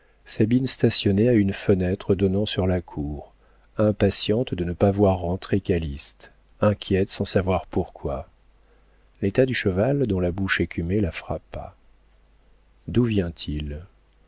sabine stationnait à une fenêtre donnant sur la cour impatiente de ne pas voir rentrer calyste inquiète sans savoir pourquoi l'état du cheval dont la bouche écumait la frappa d'où vient-il